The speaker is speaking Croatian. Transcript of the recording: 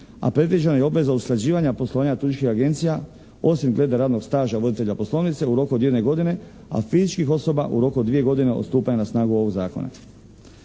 a predviđena je i obveza usklađivanja poslovanja turističkih agencija osim glede radnog staža voditelja poslovnice u roku jedne godine, a fizičkih osoba u roku od dvije godine od stupanja na snagu ovog zakona.